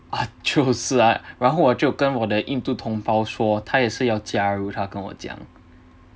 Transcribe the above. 啊就是啊然后我就跟我的印度同胞说他也是要加入他跟我讲